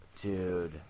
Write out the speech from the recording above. dude